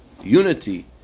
unity